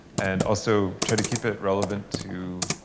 and also, try to keep it relevant to